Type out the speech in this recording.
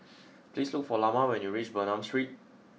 please look for Lamar when you reach Bernam Street